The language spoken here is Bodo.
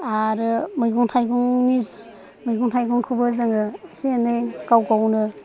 आरो मैगं थाइगंनि मैगं थाइगंखौबो जोङो एसे एनै गाव गावनो